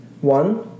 One